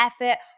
effort